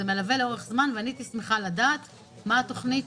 זה מלווה לאורך זמן והייתי שמחה לדעת מה התוכנית